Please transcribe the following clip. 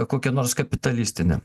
kokia nors kapitalistine